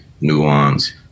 nuance